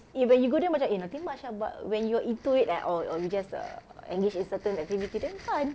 eh when you go there macam eh nothing much ah but when you're into it eh or or you just err engage in certain activity then fun